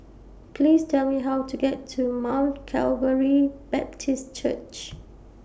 Please Tell Me How to get to Mount Calvary Baptist Church